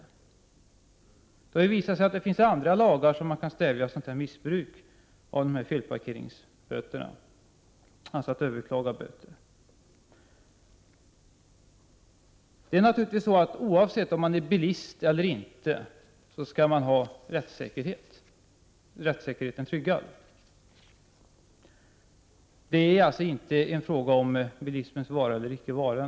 Det har visat sig att det finns andra lagar som man kan tillämpa för att stävja missbruket med överklagande av felparkeringsböter. Oavsett om man är bilist eller inte skall man ha rättssäkerheten tryggad. Det är alltså inte fråga om bilismens vara eller inte vara.